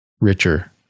richer